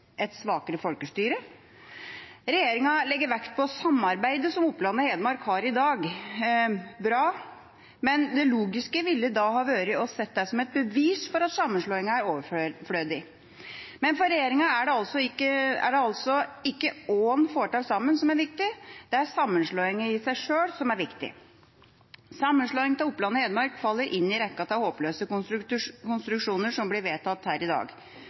Et svakere folkestyre? Regjeringa legger vekt på samarbeidet som Oppland og Hedmark har i dag. Det er bra, men det logiske ville ha vært å se det som et bevis for at sammenslåingen er overflødig. For regjeringa er det altså ikke hva en får til sammen, som er viktig, det er sammenslåingen i seg selv som er viktig. Sammenslåing av Oppland og Hedmark faller inn i rekken av håpløse konstruksjoner som blir vedtatt her i dag,